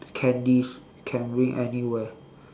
candies can bring anywhere